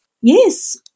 Yes